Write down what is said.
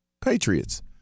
Patriots